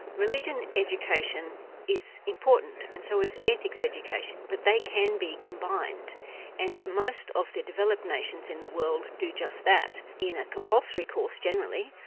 religion education is important, and so is ethics education, but they can be combined and most of the developed nations in the world do just that in a compulsory course, generally,